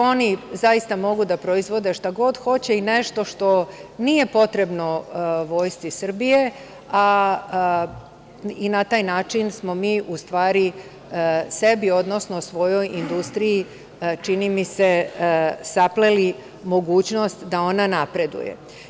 Oni zaista mogu da proizvode šta god hoće i nešto što nije potrebno Vojsci Srbije, i na taj način smo mi sebi, odnosno svojoj industriji, čini mi se, sapleli mogućnost da ona napreduje.